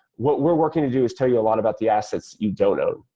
what we're working to do is tell you a lot about the assets you don't own,